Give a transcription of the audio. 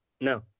No